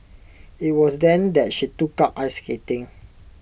IT was then that she took up ice skating